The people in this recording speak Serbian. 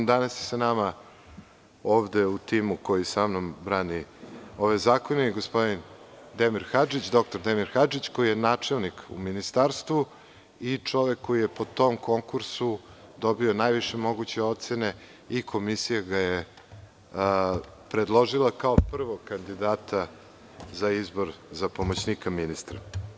Danas je sa nama ovde, u timu koji samnom brani ove zakone i gospodin dr Demir Hadžić, koji je načelnik u Ministarstvu i čovek koji je po tom konkursu dobio najviše moguće ocene i komisija ga je predložila kao prvog kandidata za izbor za pomoćnika ministra.